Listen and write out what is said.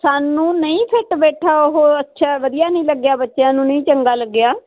ਸਾਨੂੰ ਨਹੀਂ ਫਿੱਟ ਬੈਠਾ ਉਹ ਅੱਛਾ ਵਧੀਆ ਨਹੀਂ ਲੱਗਿਆ ਬੱਚਿਆਂ ਨੂੰ ਨਹੀਂ ਚੰਗਾ ਲੱਗਿਆ